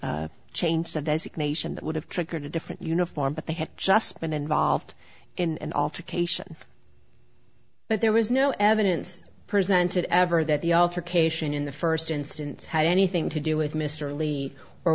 to change the designation that would have triggered a different uniform but they had just been involved in an alter cation but there was no evidence presented ever that the altercation in the first instance had anything to do with mr lee or